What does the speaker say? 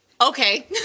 Okay